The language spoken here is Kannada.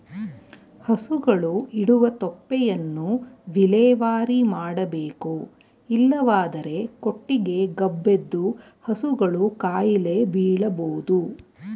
ಹಸುಗಳು ಇಡುವ ತೊಪ್ಪೆಯನ್ನು ವಿಲೇವಾರಿ ಮಾಡಬೇಕು ಇಲ್ಲವಾದರೆ ಕೊಟ್ಟಿಗೆ ಗಬ್ಬೆದ್ದು ಹಸುಗಳು ಕಾಯಿಲೆ ಬೀಳಬೋದು